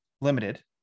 limited